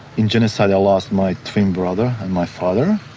in genocide i lost my twin brother and my father.